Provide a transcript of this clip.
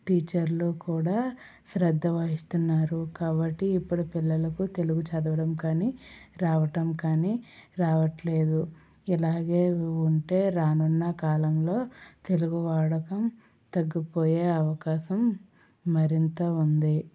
టీచర్లు కూడా శ్రద్ధ వహిస్తున్నారు కాబట్టి ఇప్పుడు పిల్లలకు తెలుగు చదవడం కానీ రాయటం కానీ రావట్లేదు ఇలాగే ఉంటే రానున్న కాలంలో తెలుగు వాడకం తగ్గిపోయే అవకాశం మరింత ఉంది